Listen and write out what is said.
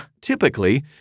Typically